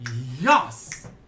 Yes